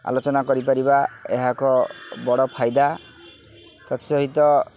ଆଲୋଚନା କରିପାରିବା ଏହା ବଡ଼ ଫାଇଦା ତତ୍ସହିତ